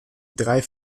drei